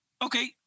Okay